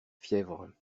fièvre